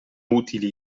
utili